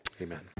amen